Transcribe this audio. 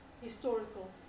historical